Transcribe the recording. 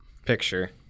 Picture